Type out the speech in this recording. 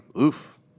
Oof